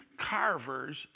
carvers